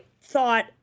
thought